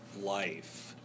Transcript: life